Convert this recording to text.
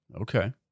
Okay